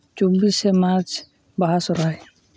ᱪᱚᱵᱵᱤᱥᱮ March ᱵᱟᱦᱟ ᱥᱚᱨᱦᱟᱭ